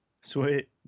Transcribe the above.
Sweet